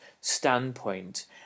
standpoint